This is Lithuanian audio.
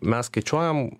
mes skaičiuojam